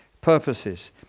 purposes